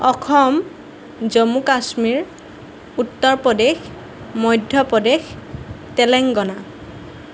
Assam Jammu Kashmir Uttar Pradesh Madhya Pradesh Telangana